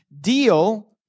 deal